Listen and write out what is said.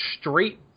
straight